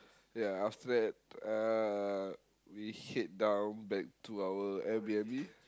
ya after that uh we head down back to our air-B_N_B